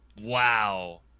Wow